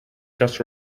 just